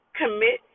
commit